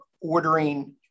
ordering